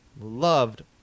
loved